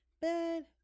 bed